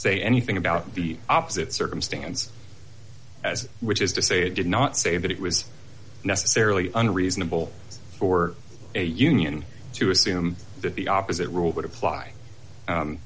say anything about the opposite circumstance as which is to say it did not say that it was necessarily unreasonable for a union to assume that the opposite rule would apply